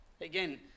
Again